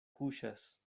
kuŝas